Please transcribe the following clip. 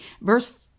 Verse